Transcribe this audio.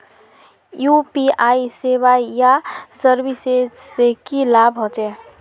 UPI सेवाएँ या services से की लाभ होचे?